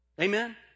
Amen